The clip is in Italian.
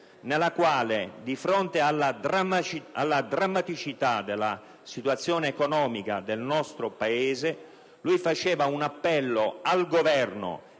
nella quale, di fronte alla drammaticità della situazione economica del nostro Paese, era contenuto un appello al Governo